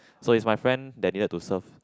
so is my friend they needed to serve